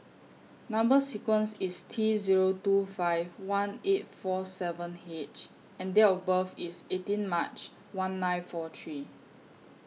Number sequence IS T Zero two five one eight four seven H and Date of birth IS eighteen March one nine four three